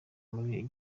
muri